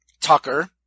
Tucker